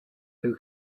who